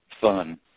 fun